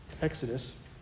Exodus